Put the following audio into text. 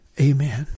Amen